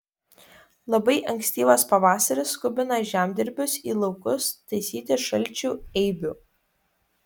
labai ankstyvas pavasaris skubina žemdirbius į laukus taisyti šalčių eibių